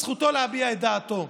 זכותו להביע את דעתו,